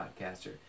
podcaster